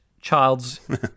child's